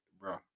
bro